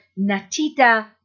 Natita